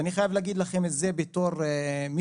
אני חייב להגיד לכם את זה בתור מישהו